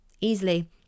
easily